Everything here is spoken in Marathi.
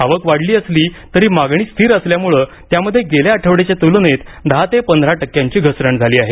आवक वाढली असली तरी मागणी स्थिर असल्याने त्यामध्ये गेल्या आठवड्याच्या त्लनेत दहा ते पंधरा टक्यांनी घसरण झाली आहे